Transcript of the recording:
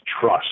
trust